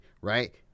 Right